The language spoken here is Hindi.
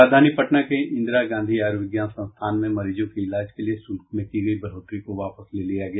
राजधानी पटना के इंदिरा गांधी आयुर्विज्ञान संस्थान में मरीजों के इलाज के लिए शुल्क में की गई बढ़ोतरी को वापस ले लिया गया